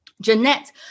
Jeanette